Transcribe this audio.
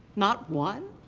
not one?